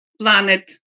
planet